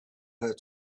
her